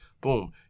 Boom